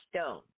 stone